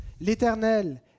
L'Éternel